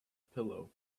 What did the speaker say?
pillow